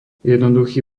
jednoduchý